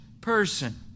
person